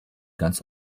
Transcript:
ganz